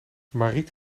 mariet